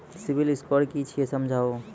Civil score कि छियै समझाऊ?